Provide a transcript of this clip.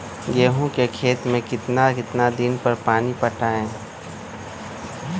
गेंहू के खेत मे कितना कितना दिन पर पानी पटाये?